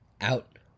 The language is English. out